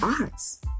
arts